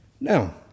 Now